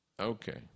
Okay